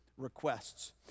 requests